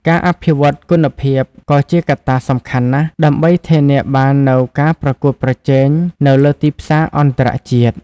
ការអភិវឌ្ឍគុណភាពក៏ជាកត្តាសំខាន់ណាស់ ដើម្បីធានាបាននូវការប្រកួតប្រជែងនៅលើទីផ្សារអន្តរជាតិ។